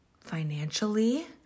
financially